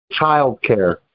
childcare